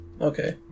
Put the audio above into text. Okay